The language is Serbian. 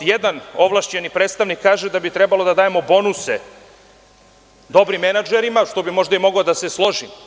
Jedan ovlašćeni predstavnik kaže da bi trebalo da dajemo bonuse dobrim menadžerima, što bi možda i mogao da se složim.